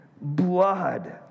Blood